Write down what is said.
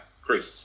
Chris